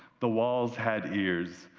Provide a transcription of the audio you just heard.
the walls had ears.